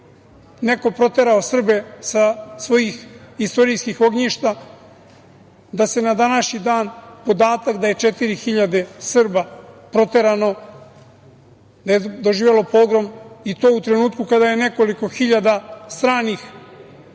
neko proterao Srbe sa svojih istorijskih ognjišta, da se na današnji dan podatak da je četiri hiljade Srba proterano, da je doživelo pogrom i to u trenutku kada je nekoliko hiljada stranih